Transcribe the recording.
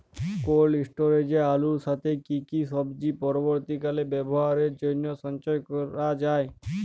Cold স্টোরেজে আলুর সাথে কি কি সবজি পরবর্তীকালে ব্যবহারের জন্য সঞ্চয় করা যায়?